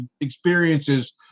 experiences